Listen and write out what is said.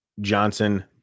Johnson